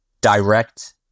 direct